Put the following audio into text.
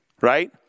Right